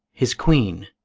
his queen!